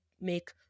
make